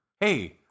Hey